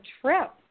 trip